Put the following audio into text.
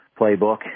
playbook